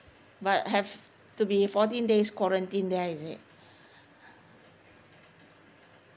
but have to be fourteen days quarantine there is it